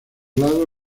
lado